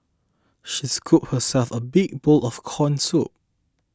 she scooped herself a big bowl of Corn Soup